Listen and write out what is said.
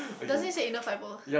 does it said inner fibre